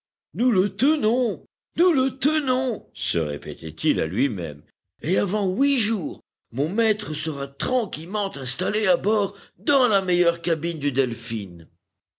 nous le tenons nous le tenons se répétait-il à lui-même et avant huit jours mon maître sera tranquillement installé à bord dans la meilleure cabine du delphin